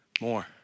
more